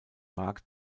markt